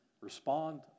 Respond